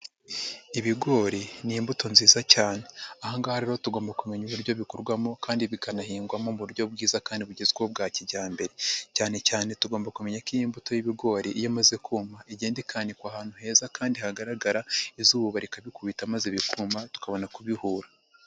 Ibigori ni imbuto nziza cyane. Aha ngaha rero tugomba kumenya uburyo bikorwarwamo kandi bikanahingwamo mu buryo bwiza kandi bugezweho bwa kijyambere. Cyane cyane tugomba kumenya ko iyi mbuto y'ibigori, iyo imaze kuma, igenda ikanikwa ahantu heza kandi hagaragara, izuba rikabikubita maze bikuma, tukabona kubihura.